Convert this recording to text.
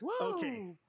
okay